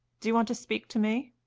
do you want to speak to me?